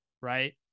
Right